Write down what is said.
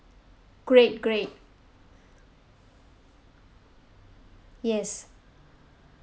great great yes